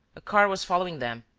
a car was following them,